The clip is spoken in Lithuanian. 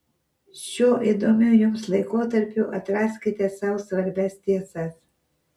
šiuo įdomiu jums laikotarpiu atraskite sau svarbias tiesas